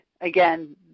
again